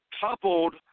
coupled